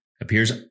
appears